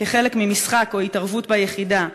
כחלק ממשחק או התערבות ביחידה,